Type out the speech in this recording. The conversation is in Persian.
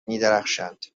میدرخشند